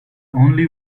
only